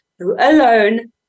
alone